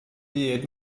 byd